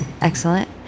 Excellent